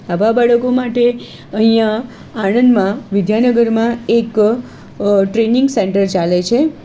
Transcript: આવા બાળકો માટે અહીંયાં આણંદમાં વિદ્યાનગરમાં એક ટ્રેનિંગ સેન્ટર ચાલે છે